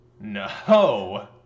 no